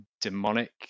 demonic